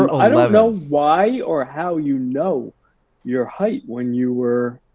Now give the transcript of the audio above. i don't um know why or how you know your height when you were.